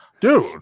Dude